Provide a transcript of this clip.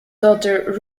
daughter